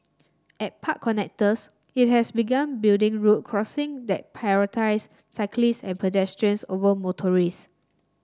at park connectors it has begun building road crossings that prioritise cyclists and pedestrians over motorists